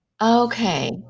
okay